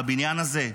בבניין הזה,